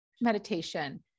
meditation